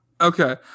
Okay